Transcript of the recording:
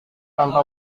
tanpa